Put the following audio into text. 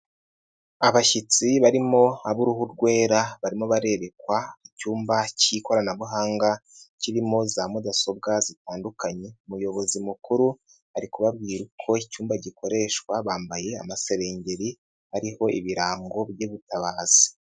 Abashyitsi barimo ab'uruhu rwera, barimo barerekwa icyumba cy'ikoranabuhanga, kirimo za mudasobwa zitandukanye, umuyobozi mukuru ari kubabwira uko icyumba gikoreshwa, bambaye amaserengeri, ariho ibirango by'ubutabazi.